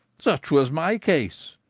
such was my case,